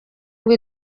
ngo